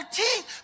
teeth